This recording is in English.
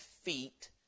feet